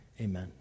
Amen